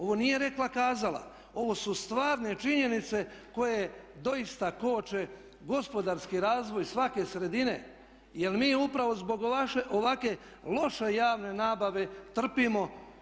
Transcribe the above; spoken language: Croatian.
Ovo nije rekla kazala, ovo su stvarne činjenice koje doista koče gospodarski razvoj svake sredine jer mi upravo zbog ovakve loše javne nabave trpimo.